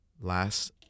last